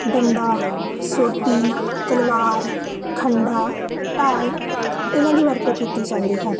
ਡੰਡਾ ਸੋਟੀ ਤਲਵਾਰ ਖੰਡਾ ਢਾਲ ਇਹਨਾਂ ਦੀ ਵਰਤੋਂ ਕੀਤੀ ਜਾਂਦੀ ਹੈ